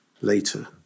later